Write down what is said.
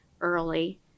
early